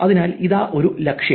അതിനാൽ ഇതാ ഒരു ലക്ഷ്യം